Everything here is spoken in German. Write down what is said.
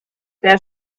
der